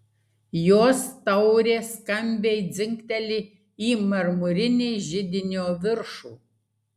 jos taurė skambiai dzingteli į marmurinį židinio viršų